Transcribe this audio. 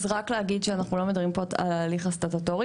אז רק להגיד שאנחנו לא מדברים פה על ההליך הסטטוטורי,